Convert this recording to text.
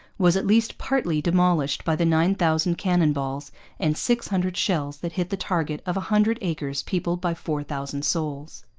was at least partly demolished by the nine thousand cannon balls and six hundred shells that hit the target of a hundred acres peopled by four thousand souls.